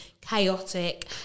chaotic